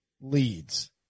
leads